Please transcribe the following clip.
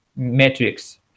Metrics